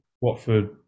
Watford